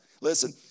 Listen